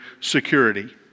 security